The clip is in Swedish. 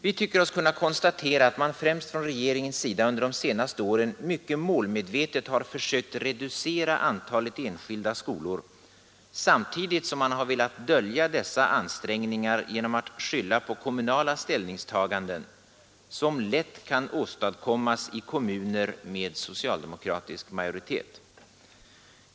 Vi tycker oss kunna konstatera att man främst från regeringens sida under de senaste åren mycket målmedvetet har försökt reducera antalet enskilda skolor samtidigt som man har velat dölja dessa ansträngningar genom att skylla på kommunala ställningstaganden, vilka lätt kan åstadkommas i kommuner som har socialdemokratisk majoritet.